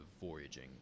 voyaging